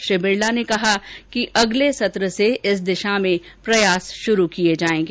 श्री बिरला ने कहा कि अगले सत्र से इस दिशा में प्रयास शुरू किए जाएंगे